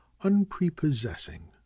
unprepossessing